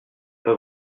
pas